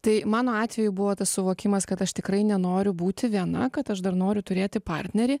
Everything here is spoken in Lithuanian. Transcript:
tai mano atveju buvo tas suvokimas kad aš tikrai nenoriu būti viena kad aš dar noriu turėti partnerį